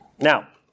Now